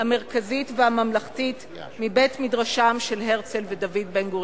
המרכזית והממלכתית מבית-מדרשם של הרצל ודוד בן-גוריון.